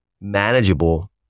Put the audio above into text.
manageable